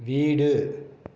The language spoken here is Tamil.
வீடு